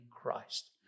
Christ